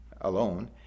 alone